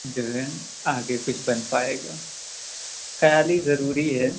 جو ہے آگے کچھ بن پائے گا خیال ہی ضروری ہے